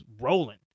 rolling